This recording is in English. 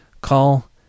call